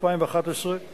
אנחנו